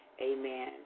amen